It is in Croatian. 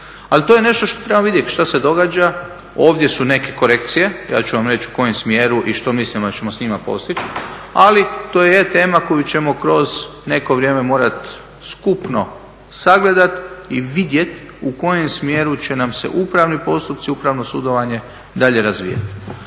ali to je nešto što trebamo vidjeti šta se događa. Ovdje su neke korekcije, ja ću vam reći u kojem smjeru i što mislim da ćemo s njima postići ali to je tema koju ćemo kroz neko vrijeme morati skupno sagledati i vidjeti u kojem smjeru će nam se upravni postupci, upravno sudovanje dalje razvijati.